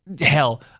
Hell